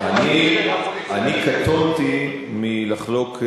אני קטונתי מלחלוק,